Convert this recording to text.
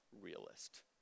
realist